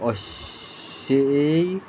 अशें